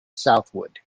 southward